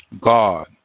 God